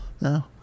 No